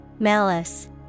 Malice